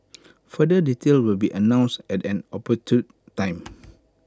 further detail will be announced at an opportune time